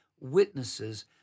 witnesses